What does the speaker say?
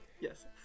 Yes